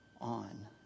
on